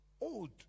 old